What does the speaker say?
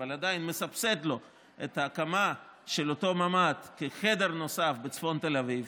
אבל עדיין מסבסד לו את ההקמה של אותו ממ"ד כחדר נוסף בצפון תל אביב,